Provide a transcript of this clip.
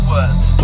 Words